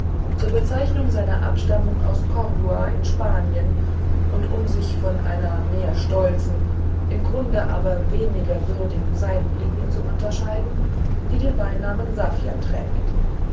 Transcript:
zur bezeichnung seiner abstammung aus cordua in spanien und um sich von einer mehr stolzen im grunde aber weniger würdigen seitenlinie zu unterscheiden die den beinamen saffian trägt